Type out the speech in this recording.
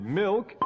milk